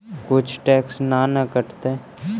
कुछ टैक्स ना न कटतइ?